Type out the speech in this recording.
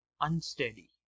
unsteady